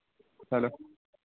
hello